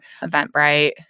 eventbrite